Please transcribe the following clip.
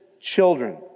children